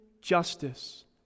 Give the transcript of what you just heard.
justice